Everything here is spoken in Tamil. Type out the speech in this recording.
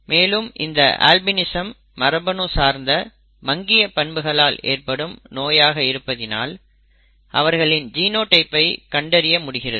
மேலும் இந்த அல்பினிசம் மரபணு சார்ந்த மங்கிய பண்புகளால் ஏற்படும் நோய்யாக இருப்பதினால் அவர்களின் ஜினோடைப் ஐ கண்டறிய முடிகிறது